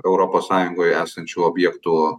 europos sąjungoje esančių objektų